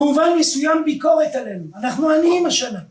במובן מסוים ביקורת עלינו. אנחנו עניים השנה